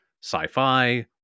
sci-fi